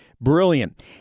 Brilliant